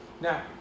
Now